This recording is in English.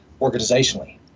organizationally